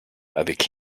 avec